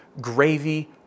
gravy